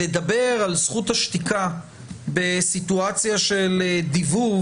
לדבר על זכות השתיקה בסיטואציה של דיבוב,